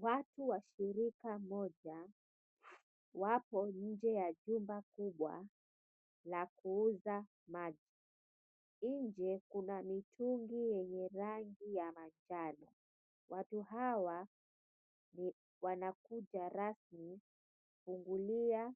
Watu wa shirika moja wapo njee ya jumba kubwa la kuuza maji. Njee kuna mitungi yenye rangi ya manjano. Watu hawa wanakuja rasmi kufungulia